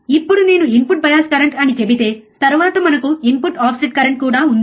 ఇప్పుడు నేను input bias current అని చెబితే తరువాత మనకు ఇన్పుట్ ఆఫ్సెట్ కరెంట్ కూడా ఉంది